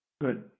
Good